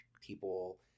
people